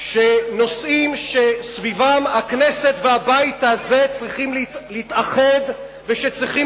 שנושאים שהכנסת והבית הזה צריכים להתאחד סביבם וצריכים